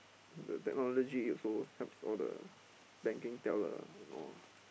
the technology also helps all the banking teller and all